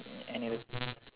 ya anyways